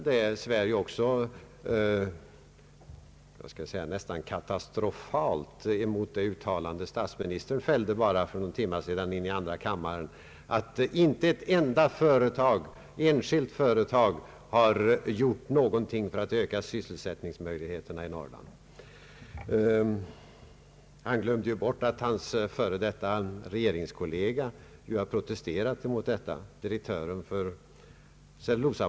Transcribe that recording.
Men det svär också nästan katastrofalt mot det uttalande som statsministern bara för någon timme sedan gjorde i andra kammaren, nämligen att inte ett enda enskilt företag har gjort något för att öka sysselsättningsmöjligheterna i Norrland. Han glömde bl.a. bort att hans före detta regeringskollega, direktören för Cellulosabolaget, har protesterat mot detta.